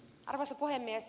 arvoisa puhemies